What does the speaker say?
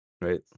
Right